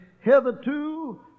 Hitherto